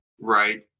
right